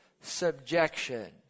subjection